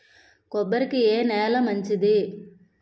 కొబ్బరి కి ఏ నేల మంచిది?